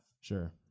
sure